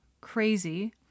crazy